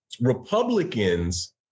Republicans